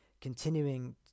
continuing